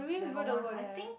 level one I think